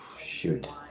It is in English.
shoot